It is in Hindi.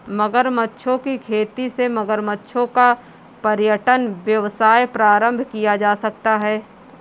मगरमच्छों की खेती से मगरमच्छों का पर्यटन व्यवसाय प्रारंभ किया जा सकता है